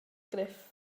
gruff